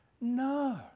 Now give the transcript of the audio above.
No